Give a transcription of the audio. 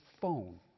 phone